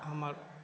हमर